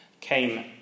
came